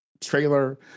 trailer